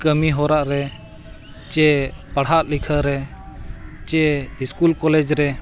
ᱠᱟᱹᱢᱤ ᱦᱚᱨᱟ ᱨᱮ ᱥᱮ ᱯᱟᱲᱦᱟᱜ ᱞᱤᱠᱷᱟᱹ ᱨᱮ ᱥᱮ ᱤᱥᱠᱩᱞ ᱠᱚᱞᱮᱡᱽ ᱨᱮ